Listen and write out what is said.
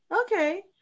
Okay